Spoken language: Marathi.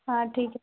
हां ठीक आहे